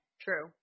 True